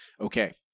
Okay